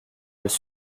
elles